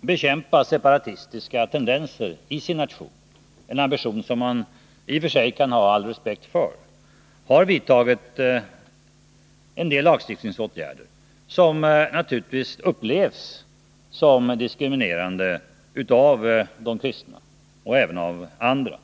bekämpa separatistiska tendenser — en ambition man i och för sig kan ha all respekt för — har vidtagit en del lagstiftningsåtgärder, som naturligtvis upplevs som diskriminerande av de kristna och även av andra.